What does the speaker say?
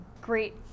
great